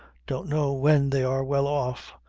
don't know when they are well off.